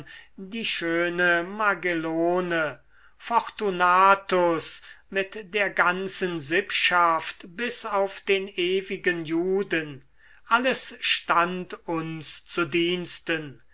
die schöne magelone fortunatus mit der ganzen sippschaft bis auf den ewigen juden alles stand uns zu diensten